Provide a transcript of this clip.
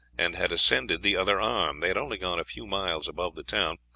and had ascended the other arm. they had only gone a few miles above the town,